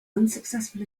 unsuccessful